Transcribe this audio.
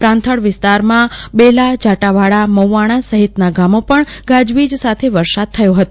પ્રાંથણ વિસ્તારમાં બેલા જાટાવાડા મૌવાણા સહિતના ગામે પણ ગાજવીજ સાથે વરસદા થયો હતો